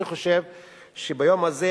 אני חושב שביום הזה,